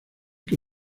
que